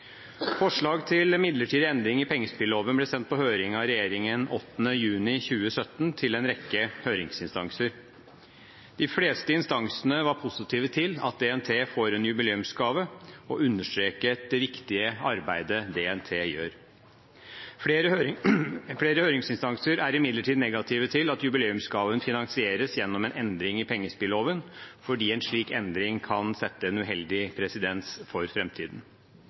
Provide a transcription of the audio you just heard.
Forslag til midlertidig endring i pengespilloven ble sendt på høring av regjeringen 8. juni 2017 til en rekke høringsinstanser. De fleste instansene var positive til at DNT får en jubileumsgave, og understreket det viktige arbeidet DNT gjør. Flere høringsinstanser er imidlertid negative til at jubileumsgaven finansieres gjennom en endring i pengespilloven, fordi en slik endring kan skape en uheldig presedens for